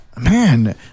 Man